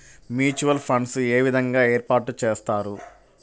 Mutual funds ఏ విధంగా ఏర్పాటు చేస్తారు?